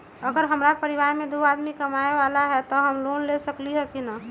अगर हमरा परिवार में दो आदमी कमाये वाला है त हम लोन ले सकेली की न?